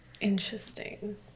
Interesting